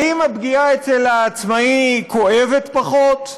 האם הפגיעה אצל העצמאי כואבת פחות?